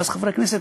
ואז חברי הכנסת,